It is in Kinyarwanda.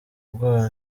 bwoba